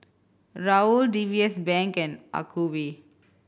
Raoul D B S Bank and Acuvue